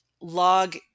log